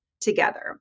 together